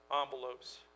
envelopes